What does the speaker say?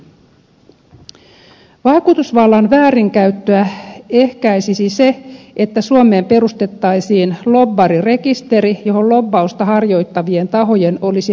vaikutusvallan väärinkäyttöä ehkäisisi se että suomeen perustettaisiin lobbarirekisteri johon lobbausta harjoittavien tahojen olisi rekisteröidyttävä